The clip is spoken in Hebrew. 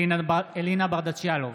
אלינה ברדץ' יאלוב,